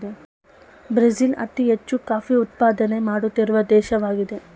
Brazil ಅತಿ ಹೆಚ್ಚು coffee ಉತ್ಪಾದನೆ ಮಾಡುತ್ತಿರುವ ದೇಶವಾಗಿದೆ